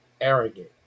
arrogant